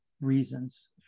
reasons